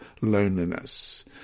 loneliness